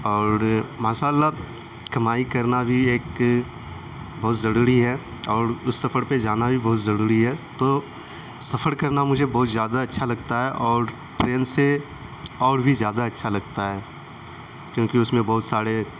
اور ماشاء اللّہ کمائی کرنا بھی ایک بہت ضروری ہے اور اس سفر پہ جانا بھی بہت ضروری ہے تو سفر کرنا مجھے بہت زیادہ اچّھا لگتا ہے اور ٹرین سے اور بھی زیادہ اچّھا لگتا ہے کیونکہ اس میں بہت سارے